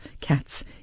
cats